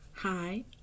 Hi